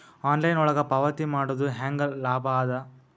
Online ಒಳಗ ಪಾವತಿ ಮಾಡುದು ಹ್ಯಾಂಗ ಲಾಭ ಆದ?